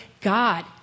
God